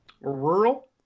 Rural